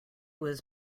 was